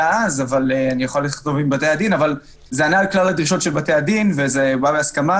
אז אבל זה ענה על כלל הדרישות של בתי-הדין וזה בא להסכמה